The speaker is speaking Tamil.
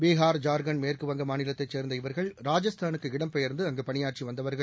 பீகார் ஜார்க்கண்ட் மேற்குவங்கம் மாநிலத்தை சேர்ந்த இவர்கள் ராஜஸ்தானுக்கு இடம்பெயர்ந்து அங்கு பணியாற்றி வந்தவர்கள்